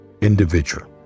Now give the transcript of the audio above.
individual